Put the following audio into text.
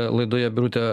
laidoje birutė